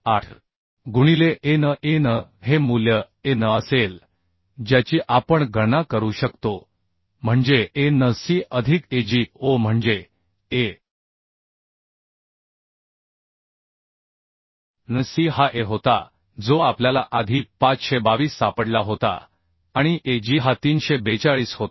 8 गुणिले a n a n हे मूल्य a n असेल ज्याची आपण गणना करू शकतो म्हणजे a n c अधिक a g o म्हणजे a n c हा a होता जो आपल्याला आधी 522 सापडला होता आणि a g हा 342 होता